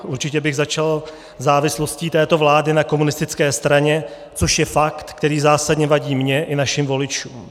Určitě bych začal závislostí této vlády na komunistické straně, což je fakt, který zásadně vadí mně i našim voličům.